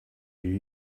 you